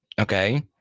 okay